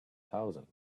thousand